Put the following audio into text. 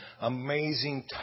amazing